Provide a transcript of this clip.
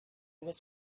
was